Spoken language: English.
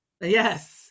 Yes